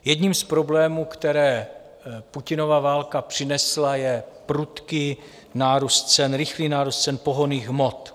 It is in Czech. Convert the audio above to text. Jedním z problémů, které Putinova válka přinesla, je prudký nárůst cen, rychlý nárůst cen pohonných hmot.